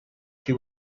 she